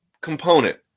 component